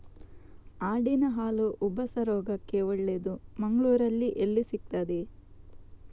ಆಡಿನ ಹಾಲು ಉಬ್ಬಸ ರೋಗಕ್ಕೆ ಒಳ್ಳೆದು, ಮಂಗಳ್ಳೂರಲ್ಲಿ ಎಲ್ಲಿ ಸಿಕ್ತಾದೆ?